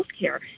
healthcare